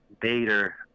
Bader